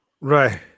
Right